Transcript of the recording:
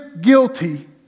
guilty